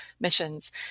missions